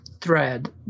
thread